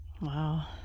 wow